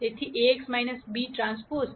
તેથી T એ eT e છે